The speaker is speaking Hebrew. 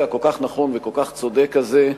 הכל-כך נכון וכל-כך צודק הזה,